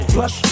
Plus